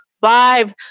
five